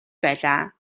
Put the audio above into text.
байлаа